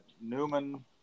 Newman